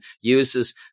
uses